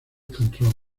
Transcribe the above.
control